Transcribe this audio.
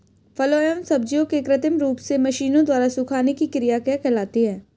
फलों एवं सब्जियों के कृत्रिम रूप से मशीनों द्वारा सुखाने की क्रिया क्या कहलाती है?